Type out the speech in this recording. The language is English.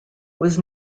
was